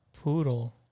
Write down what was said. poodle